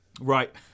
Right